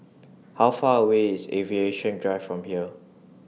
How Far away IS Aviation Drive from here